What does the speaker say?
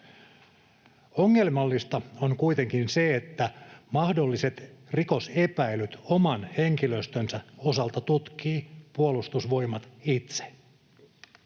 Ongelmallista on kuitenkin se, että mahdolliset rikosepäilyt oman henkilöstönsä osalta tutkii Puolustusvoimat itse.